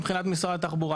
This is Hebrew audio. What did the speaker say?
מבחינת משרד התחבורה,